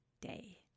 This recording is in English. day